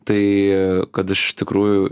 tai kad aš iš tikrųjų